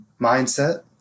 Mindset